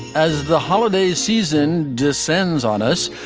as the holiday season descends on us,